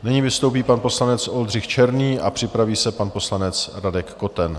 Nyní vystoupí pan poslanec Oldřich Černý a připraví se pan poslanec Radek Koten.